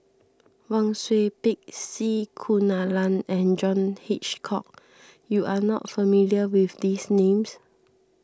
Wang Sui Pick C Kunalan and John Hitchcock you are not familiar with these names